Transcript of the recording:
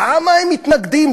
למה הם מתנגדים,